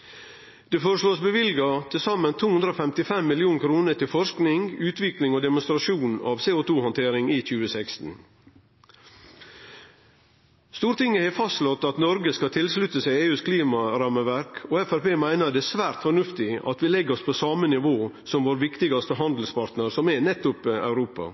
Det blir føreslått å løyve til saman 255 mill. kr til forsking, utvikling og demonstrasjon av CO2-handtering i 2016. Stortinget har slått fast at Noreg skal slutte seg til EUs klimarammeverk, og Framstegspartiet meiner det er svært fornuftig at vi legg oss på same nivå som våre viktigaste handelspartnarar, som er nettopp Europa.